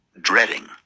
dreading